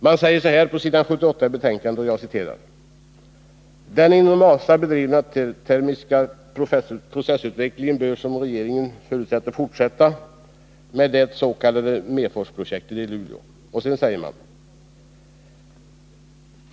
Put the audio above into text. Man skriver nämligen så här på s. 78 i betänkandet: ”Den inom ASA bedrivna termiska processutvecklingen bör, som regeringen förutsätter, fortsätta med det s.k. MEFOS-projektet i Luleå.